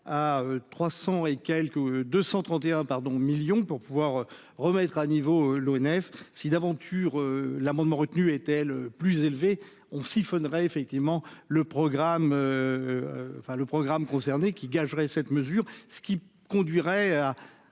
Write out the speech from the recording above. à 300 et quelque 231 pardon millions pour pouvoir remettre à niveau l'ONF si d'aventure l'amendement retenu était le plus élevé, on s'il faudrait effectivement le programme enfin le programme concerné qui gagnerait cette mesure, ce qui conduirait à